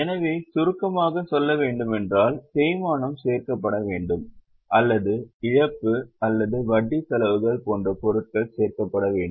எனவே சுருக்கமாக சொல்லவேண்டுமென்றால் தேய்மானம் சேர்க்கப்பட வேண்டும் அல்லது இழப்பு அல்லது வட்டி செலவுகள் போன்ற பொருட்கள் சேர்க்கப்பட வேண்டும்